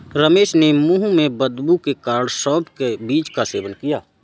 रमेश ने मुंह में बदबू के कारण सौफ के बीज का सेवन किया